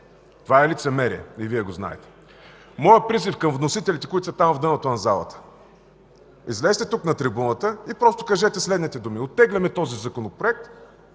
Това е лицемерие и Вие го знаете. Моят призив към вносителите, които са там, в дъното на залата: излезте тук на трибуната, и просто кажете следните думи: „Оттегляме този законопроект,